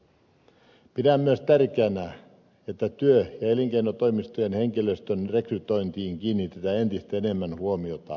pidän myös tärkeänä että työ ja elinkeinotoimistojen henkilöstön rekrytointiin kiinnitetään entistä enemmän huomiota